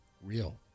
real